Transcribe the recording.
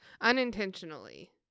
unintentionally